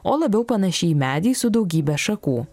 o labiau panaši į medį su daugybe šakų